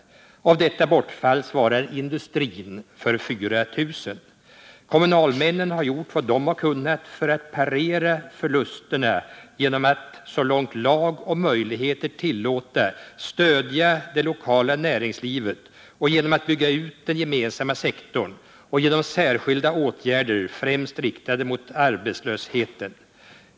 Av detta bortfall svarar industrin för 4 000 jobb. Kommunalmännen har gjort vad de har kunnat för att parera förlusterna genom att så långt lag och möjligheter tillåtit stödja det lokala näringslivet, genom att bygga ut den gemensamma sektorn och genom att vidta särskilda åtgärder, främst riktade mot ungdomsarbetslösheten.